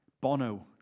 Bono